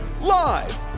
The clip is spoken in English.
Live